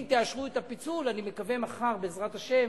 אם תאשרו את הפיצול, אני מקווה מחר, בעזרת השם,